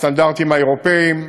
הסטנדרטים האירופיים,